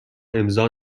امضا